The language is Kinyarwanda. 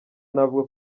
navuga